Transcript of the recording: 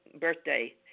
birthday